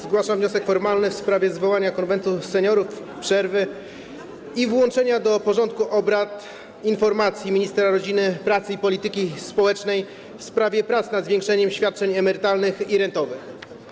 Zgłaszam wniosek formalny w sprawie zwołania Konwentu Seniorów, przerwy i włączenia do porządku obrad informacji ministra rodziny, pracy i polityki społecznej w sprawie prac nad zwiększeniem świadczeń emerytalnych i rentowych.